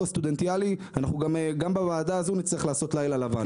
הסטודנטיאלי אנחנו גם בוועדה הזאת נצטרך לעשות לילה לבן.